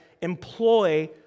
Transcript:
employ